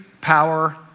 power